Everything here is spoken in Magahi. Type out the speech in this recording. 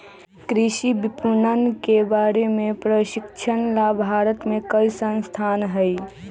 कृषि विपणन के बारे में प्रशिक्षण ला भारत में कई संस्थान हई